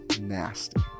nasty